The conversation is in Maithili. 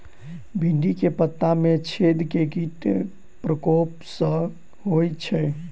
भिन्डी केँ पत्ता मे छेद केँ कीटक प्रकोप सऽ होइ छै?